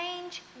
change